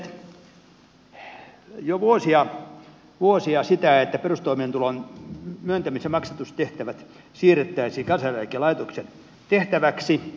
olemme esittäneet jo vuosia sitä että perustoimeentulon myöntämis ja maksatustehtävät siirrettäisiin kansaneläkelaitoksen tehtäväksi